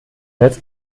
netz